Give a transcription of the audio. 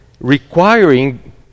requiring